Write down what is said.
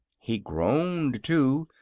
he groaned, too,